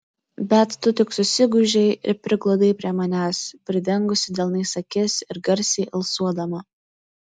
bet tu tik susigūžei ir prigludai prie manęs pridengusi delnais akis ir garsiai alsuodama